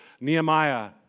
Nehemiah